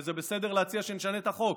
וזה בסדר להציע שנשנה את החוק.